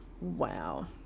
wow